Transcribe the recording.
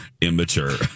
immature